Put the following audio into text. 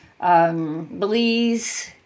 Belize